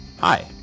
Hi